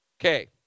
Okay